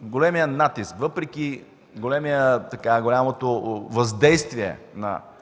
големия натиск, въпреки голямото въздействие на